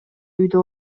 үйдө